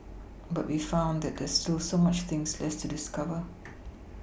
but we found that there is still so much things left to discover